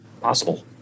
possible